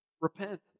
repent